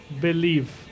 believe